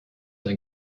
ein